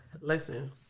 Listen